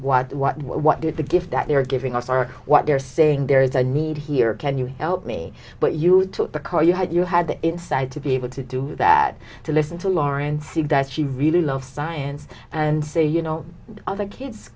what what did the gift that they're giving us are what they're saying there is a need here can you help me but you took the call you had you had the inside to be able to do that to listen to laurie and see that she really love science and say you know other kids